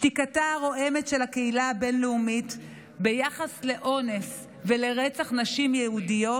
שתיקתה הרועמת של הקהילה הבין-לאומית ביחס לאונס ולרצח נשים יהודיות